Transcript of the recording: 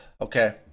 Okay